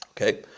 Okay